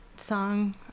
song